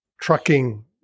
trucking